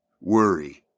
Worry